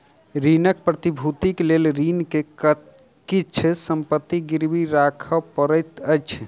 ऋणक प्रतिभूतिक लेल ऋणी के किछ संपत्ति गिरवी राखअ पड़ैत अछि